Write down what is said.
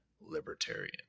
libertarian